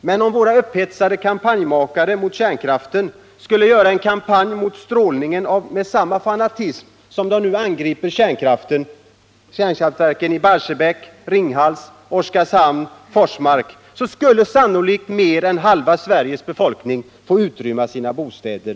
Men om våra upphetsade kampanjmakare mot kärnkraften skulle driva en kampanj mot all strålning med samma fanatism som de nu angriper kärnkraftverken i Barsebäck, Ringhals, Oskarshamn och Forsmark, skulle sannolikt mer än halva Sveriges befolkning få utrymma sina bostäder.